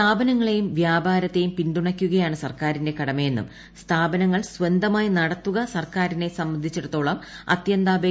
സ്ഥാപനങ്ങളെയും വ്യാപാരത്തെയും പിന്തുണയ്ക്കുകയാണ് സർക്കാരിന്റെ കടമയെന്നും സ്ഥാപനങ്ങൾ സ്വന്തമായി നടത്തുക സർക്കാരിനെ സംബന്ധിച്ചിടത്തോളം അത്യന്താപേക്ഷിതമല്ലെന്നും അദ്ദേഹം പറഞ്ഞു